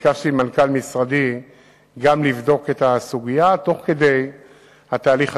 ביקשתי ממנכ"ל משרדי לבדוק את הסוגיה תוך כדי התהליך עצמו.